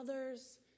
others